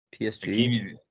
PSG